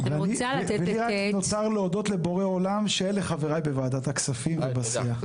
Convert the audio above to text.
ולי רק נותר להודות לבורא עולם שאלה חבריי בוועדת הכספים ובסיעה.